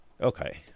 Okay